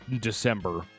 December